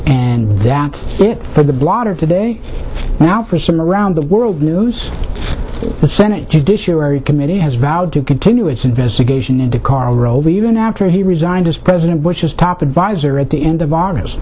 and that's it for the blotter today now for some around the world news the senate judiciary committee has vowed to continue its investigation into karl rove even after he resigned as president bush's top adviser at the end of august